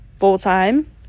full-time